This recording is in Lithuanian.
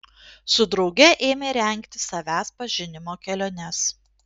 su drauge ėmė rengti savęs pažinimo keliones